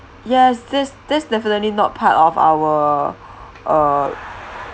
yes this this definitely not part of our err